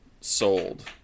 sold